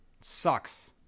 sucks